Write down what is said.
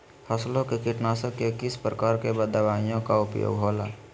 फसलों के कीटनाशक के किस प्रकार के दवाइयों का उपयोग हो ला?